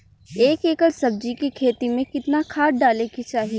एक एकड़ सब्जी के खेती में कितना खाद डाले के चाही?